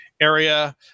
area